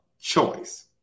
choice